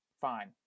Fine